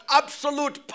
absolute